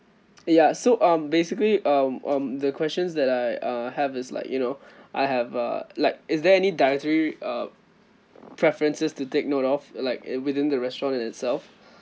ya so um basically um um the questions that uh I have is like you know I have a like is there any dietary uh preferences to take note of like it within the restaurant in itself